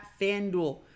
FanDuel